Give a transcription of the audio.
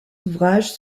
ouvrages